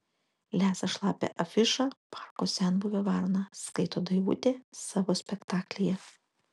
lesa šlapią afišą parko senbuvė varna skaito daivutė savo spektaklyje